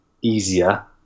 easier